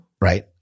Right